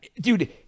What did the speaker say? Dude